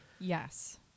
Yes